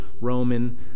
Roman